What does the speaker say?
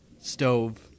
stove